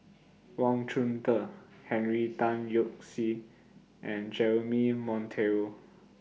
Wang Chunde Henry Tan Yoke See and Jeremy Monteiro